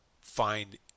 find